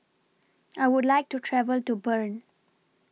I Would like to travel to Bern